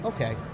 Okay